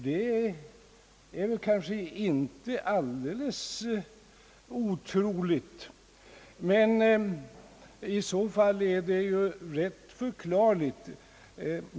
Det är kanske inte alldeles otroligt, men i så fall är det ju rätt förklarligt.